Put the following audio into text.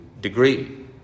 degree